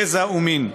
גזע ומין,